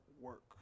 work